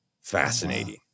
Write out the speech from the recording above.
fascinating